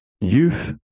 youth